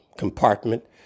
Compartment